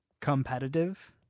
competitive